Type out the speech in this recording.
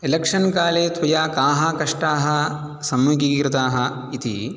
election काले त्वया काः कष्टाः समुगीरिताः इति